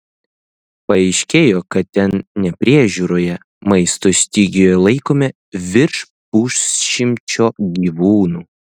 paaiškėjo kad ten nepriežiūroje maisto stygiuje laikomi virš pusšimčio gyvūnų